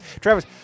Travis